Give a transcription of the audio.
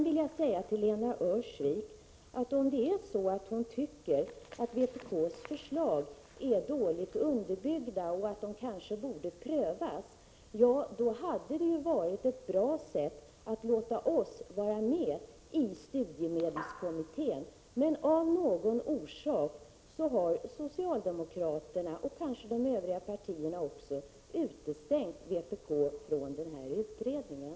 Till Lena Öhrsvik vill jag också säga, att om hon tycker att vpk:s förslag är dåligt underbyggda och att de kanske borde prövas, hade det varit bra om vi hade fått vara med i studiemedelskommittén. Av någon anledning har socialdemokraterna, och kanske också de övriga partiernas representanter, utestängt vpk från utredningen.